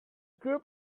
group